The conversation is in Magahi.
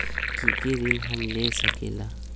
की की ऋण हम ले सकेला?